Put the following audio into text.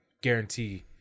guarantee